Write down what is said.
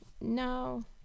no